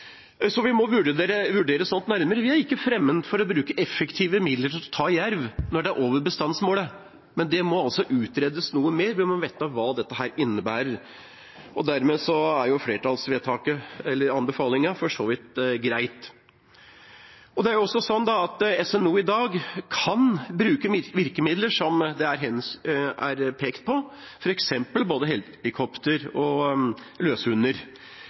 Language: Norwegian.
Vi må vurdere sånt nærmere. Vi er ikke fremmed for å bruke effektive midler til å ta jerv når det er over bestandsmålet, men det må utredes noe mer, vi må vite hva dette innebærer. Dermed er flertallsanbefalingen for så vidt grei. Det er også sånn at SNO i dag kan bruke virkemidler som det er pekt på, f.eks. både helikopter og løshunder.